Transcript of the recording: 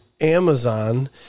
Amazon